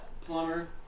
Plumber